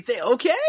Okay